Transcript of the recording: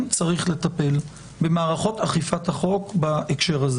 צריך לטפל במערכות אכיפת החוק בהקשר הזה.